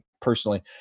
personally –